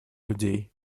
людей